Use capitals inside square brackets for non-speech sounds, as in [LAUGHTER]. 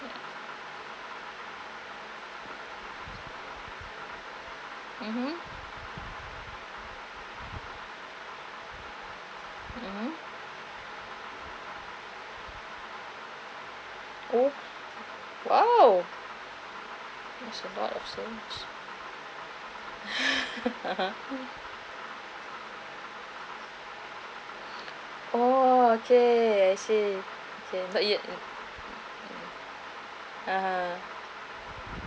mmhmm mmhmm oh !wow! that's a lot of things [LAUGHS] oh okay I see not yet ah ha